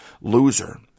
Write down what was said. loser